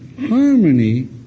harmony